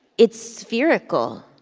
it's spherical.